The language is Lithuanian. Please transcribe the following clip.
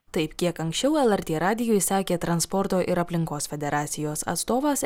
taip kiek anksčiau lrt radijui sakė transporto ir aplinkos federacijos atstovas